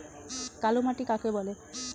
কালোমাটি কাকে বলে?